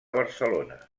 barcelona